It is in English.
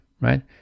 right